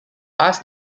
asked